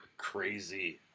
Crazy